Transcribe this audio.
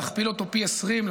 להכפיל אותו פי עשרים,